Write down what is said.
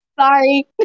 sorry